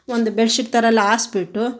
ಒಂದು ಬೆಡ್ಶೀಟ್ ಥರ ಎಲ್ಲ ಹಾಸ್ಬಿಟ್ಟು